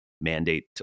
mandate